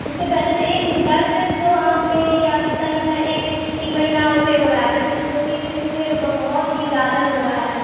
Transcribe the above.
اس سے پہلے سے ایک درد تو آنکھ میں یا دکھتا نہیں تھا ایک ایک مہینہ سے ہو رہا ہے لیکن دو تین دن سے بہت ہی زیادہ ہو رہا ہے